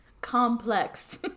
Complex